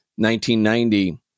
1990